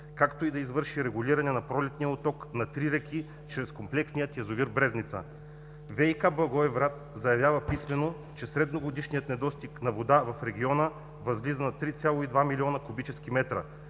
както и да извърши регулиране на пролетния отток на три реки чрез комплексния язовир „Брезница“. „ВиК“ – Благоевград, заявява писмено, че средногодишният недостиг на вода в региона възлиза на 3,2 млн. куб. метра.